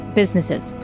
businesses